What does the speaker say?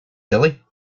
silly